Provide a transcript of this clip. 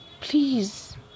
please